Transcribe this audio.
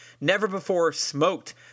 never-before-smoked